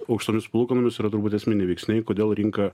aukštomis palūkanomis yra turbūt esminiai veiksniai kodėl rinka